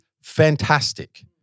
fantastic